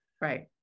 right